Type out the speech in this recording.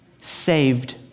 saved